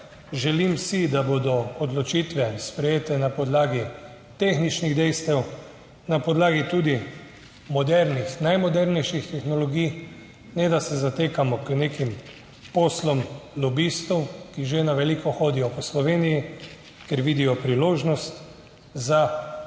Želim si, da bodo odločitve sprejete na podlagi tehničnih dejstev, na podlagi tudi modernih, najmodernejših tehnologij, ne da se zatekamo k nekim poslom lobistov, ki že na veliko hodijo po Sloveniji, ker vidijo priložnost za znesek,